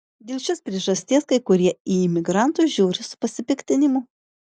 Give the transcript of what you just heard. dėl šios priežasties kai kurie į imigrantus žiūri su pasipiktinimu